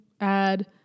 add